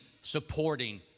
supporting